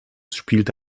spielte